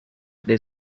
they